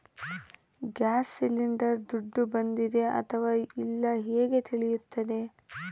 Gas cylinder ದುಡ್ಡು ಬಂದಿದೆ ಅಥವಾ ಇಲ್ಲ ಹೇಗೆ ತಿಳಿಯುತ್ತದೆ?